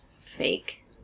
fake